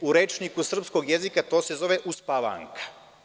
U rečniku srpskog jezika to se zove uspavanka.